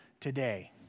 today